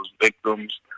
victims